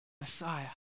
Messiah